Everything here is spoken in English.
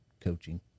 coaching